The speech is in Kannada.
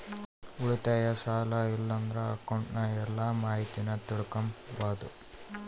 ಉಳಿತಾಯ, ಸಾಲ ಇಲ್ಲಂದ್ರ ಅಕೌಂಟ್ನ ಎಲ್ಲ ಮಾಹಿತೀನ ತಿಳಿಕಂಬಾದು